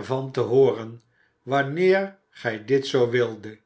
van te hooren wanneer gij dit zoo wi det